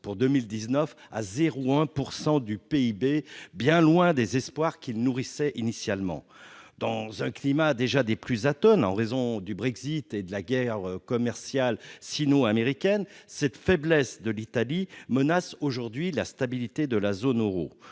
pour 2019 à 0 1 pourcent du PIB, bien loin des espoirs qu'il nourrissait initialement dans un climat déjà des plus atone en raison du Brexit et de la guerre commerciale sino-américaine cette faiblesse de l'Italie menace aujourd'hui la stabilité de la zone Euro,